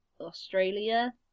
Australia